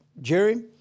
Jerry